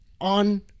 on